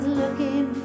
looking